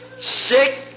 sick